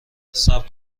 صبر